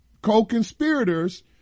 Co-conspirators